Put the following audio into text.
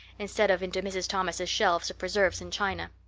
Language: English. instead of into mrs. thomas' shelves of preserves and china.